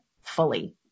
fully